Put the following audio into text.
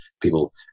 People